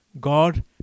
God